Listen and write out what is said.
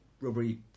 rubbery